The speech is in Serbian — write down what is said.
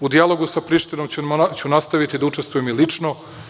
U dijalogu sa Prištinom ću nastaviti da učestvujem i lično.